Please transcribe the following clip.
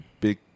big